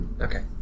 okay